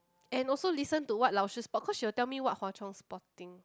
and also listen to what 老师 spot cause she will tell me what's Hwa-Chong spotting